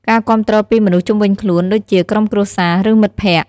ការគាំទ្រពីមនុស្សជុំវិញខ្លួន ដូចជាក្រុមគ្រួសារ ឬមិត្តភក្តិ។